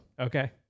Okay